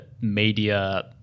media